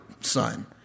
son